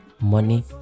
money